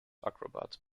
acrobat